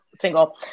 single